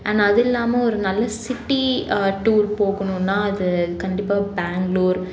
ஆனால் அது இல்லாமல் ஒரு நல்ல சிட்டி டூர் போகணும்னா அது கண்டிப்பாக பேங்ளுர்